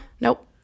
Nope